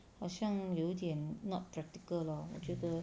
好像有一点 not practical lor 我觉得